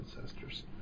ancestors